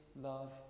love